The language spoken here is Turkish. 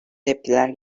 tepkiler